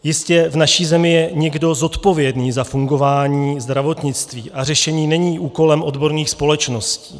Jistě, v naší zemi je někdo zodpovědný za fungování zdravotnictví a řešení není úkolem odborných společností.